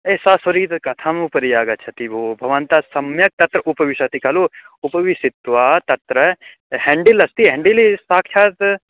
एषा त्वरिद् कथम् उपरि आगच्छति भोः भवन्तः सम्यक् तत्र उपविशति खलु उपविश्य तत्र हाण्डल् अस्ति हाण्डल् साक्षात्